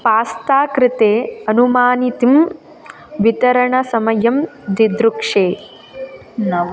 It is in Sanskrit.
पास्ता कृते अनुमानितुं वितरणसमयं दिदृक्षे नव